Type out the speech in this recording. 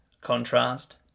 contrast